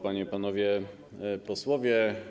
Panie i Panowie Posłowie!